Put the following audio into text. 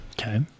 Okay